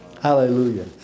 Hallelujah